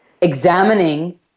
Examining